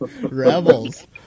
Rebels